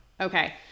Okay